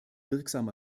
wirksam